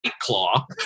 Claw